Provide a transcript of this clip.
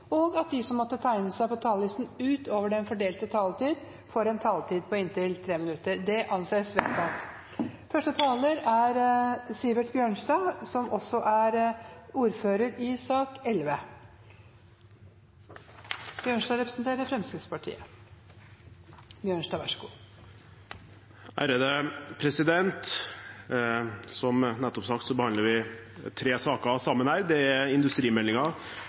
og at de som måtte tegne seg på talerlisten utover den fordelte taletid, får en taletid på inntil 3 minutter. – Det anses vedtatt. Som det nettopp ble sagt, behandler vi tre saker sammen her. Det er